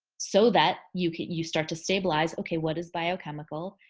so that you you start to stabilize. okay, what is biochemical?